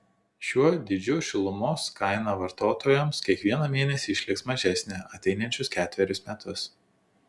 šiuo dydžiu šilumos kaina vartotojams kiekvieną mėnesį išliks mažesnė ateinančius ketverius metus